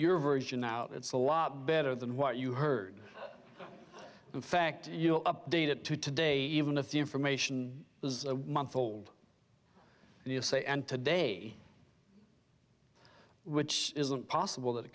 your version out it's a lot better than what you heard in fact you know updated to today even if the information is a month old and you say and today which isn't possible that it